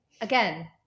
again